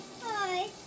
Hi